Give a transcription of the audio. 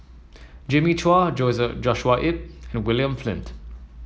Jimmy Chua Joshua Ip and William Flint